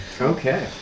Okay